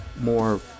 more